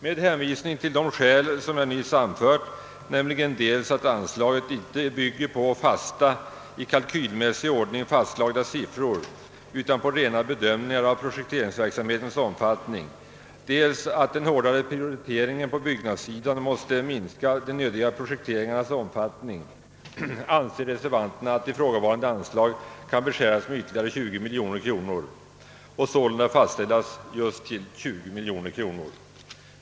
Med hänvisning till de skäl som jag nyss har anfört, nämligen dels att anslaget inte bygger på fasta, i kalkylmässig ordning fastslagna siffror, utan på rena bedömningar av projekteringsverksamhetens omfattning, dels att den hårda prioriteringen på byggnadssidan måste minska de behövliga projekteringarnas omfattning, anser reservanterna att ifrågavarande anslag kan beskäras med ytterligare 20 miljoner och sålunda fastställas till 20 miljoner kronor.